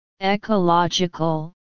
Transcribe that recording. ecological